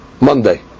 Monday